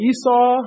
Esau